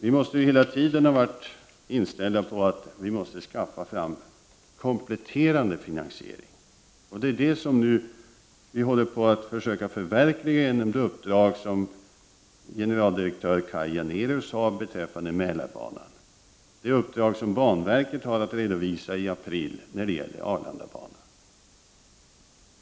Vi måste hela tiden ha varit inställda på att vi måste skaffa fram kompletterande finansiering. Det är det vi håller på att försöka förverkliga nu genom det uppdrag generaldirektör Kaj Janérus har beträffande Mälarbanan och det uppdrag banverket har att redovisa i april när det gäller Arlandabanan.